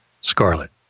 Scarlet